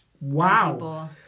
Wow